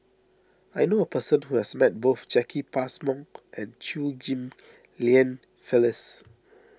I knew a person who has met both Jacki Passmore and Chew Ghim Lian Phyllis